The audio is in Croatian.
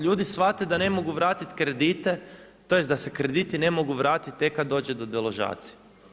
Ljudi shvate da ne mogu vratiti kredite, tj. da se krediti ne mogu vratiti tek kad dođe do deložacije.